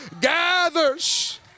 gathers